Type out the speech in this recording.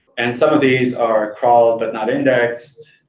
and some of these are crawled but not indexed.